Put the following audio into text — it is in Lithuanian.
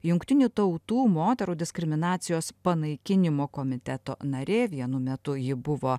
jungtinių tautų moterų diskriminacijos panaikinimo komiteto narė vienu metu ji buvo